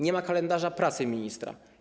Nie ma kalendarza pracy ministra.